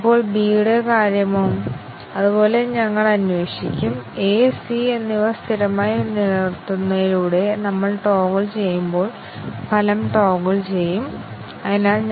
ഇപ്പോൾ ഈ പ്രചോദനത്തോടെ കണ്ടീഷണൽ എക്സ്പ്രെഷനുകളിൽ നിരവധി ആറ്റോമിക് അവസ്ഥകൾ 20 30 മുതലായവയുടെ ക്രമത്തിൽ വലുതായിരിക്കുന്ന നിരവധി പ്രോഗ്രാമുകൾ ഉണ്ട്